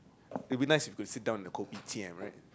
it would be nice if we could sit down at the Kopitiam right